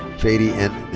fady n.